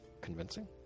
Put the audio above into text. convincing